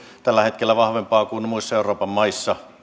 tällä hetkellä vahvempaa kuin muissa euroopan maissa